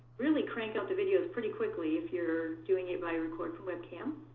really crank out the videos pretty quickly if you're doing it by record from webcam.